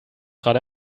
gerade